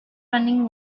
running